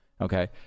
okay